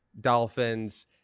dolphins